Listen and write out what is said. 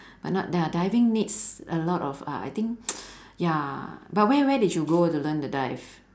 but not di~ diving needs a lot of uh I think ya but where where did you go to learn the dive